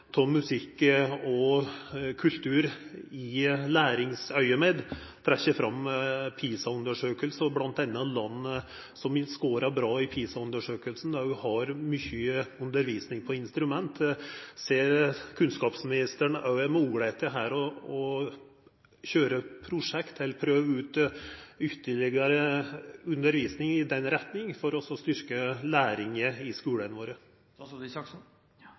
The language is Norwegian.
musikk og kultur med tanke på læring. Han trekkjer fram PISA-undersøkingar, og bl.a. at land som skårar bra i PISA-undersøkingar, har mykje undervisning i instrument. Ser kunnskapsministeren her moglegheiter til å køyra prosjekt eller til å prøva ut ytterlegare undervisning i den retninga for å styrkja læringa i skulane våre?